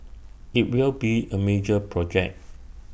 IT will be A major project